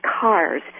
cars